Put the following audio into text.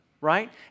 right